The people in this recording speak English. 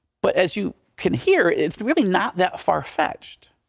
but as you can hear, it's really not that far fetched.